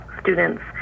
students